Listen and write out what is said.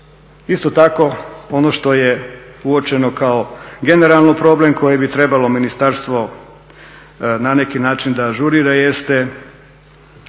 isto tako ono što je uočeno kao generalni problem koje bi trebalo ministarstvo na neki način da ažurira jeste